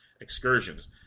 excursions